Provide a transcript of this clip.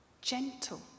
gentle